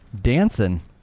dancing